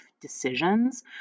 decisions